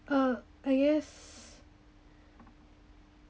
uh I guess